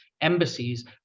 embassies